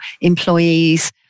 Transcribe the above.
employees